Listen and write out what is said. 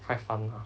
quite fun lah